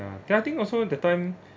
then I think also that time